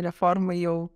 reformai jau